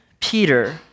Peter